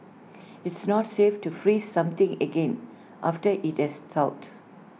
it's not safe to freeze something again after IT has thawed